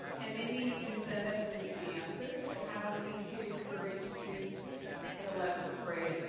and maybe incentives isn't the answer but how we could encourage students in eleventh grade, and